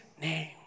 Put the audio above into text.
name